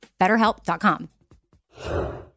BetterHelp.com